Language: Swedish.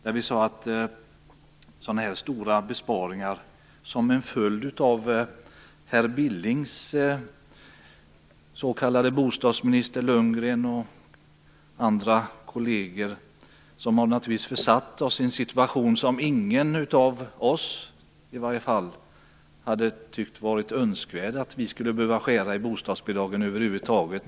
De stora besparingarna är en följd av att herr Billing, den s.k. bostadsministern Lundgren och andra kolleger har försatt oss i en situation som ingen av oss hade tyckt varit önskvärd, dvs. att vi skulle behöva skära i bostadsbidragen över huvud taget.